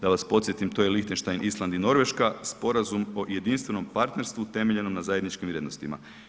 Da vas podsjetim, to je Lihtenstein, Island i Norveška, Sporazum o jedinstvenom partnerstvu temeljenom na zajedničkim vrijednostima.